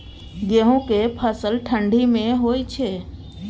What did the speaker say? गेहूं के फसल ठंडी मे होय छै?